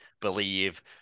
believe